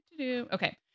Okay